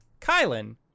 Kylan